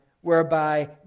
whereby